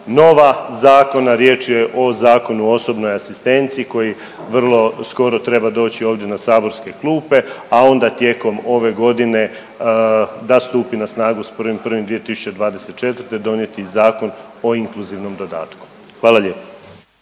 nova zakona. Riječ je o Zakonu o osobnoj asistenciji koji vrlo skoro treba doći ovdje na saborske klupe, a onda tijekom ove godine da stupi na snagu s 1.1.2024. donijeti i Zakon o inkluzivnom dodatku. Hvala lijepo.